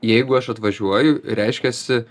jeigu aš atvažiuoju reiškiasi